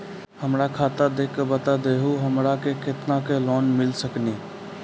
हमरा खाता देख के बता देहु हमरा के केतना के लोन मिल सकनी?